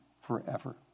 forever